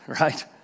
right